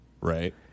Right